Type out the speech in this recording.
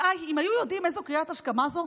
אם היו יודעים איזו קריאת השכמה זו,